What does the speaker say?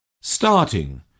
Starting